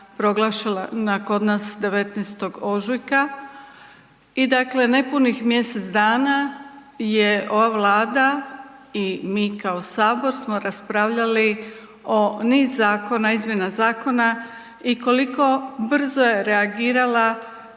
proglašena kod nas 19. ožujka i dakle, nepunih mjesec dana je ova Vlada i mi kao Sabor smo raspravljali o niz zakon, izmjena zakona i koliko brzo je reagirala